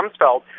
Rumsfeld